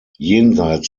jenseits